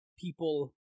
people